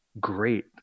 great